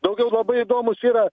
daugiau labai įdomus yra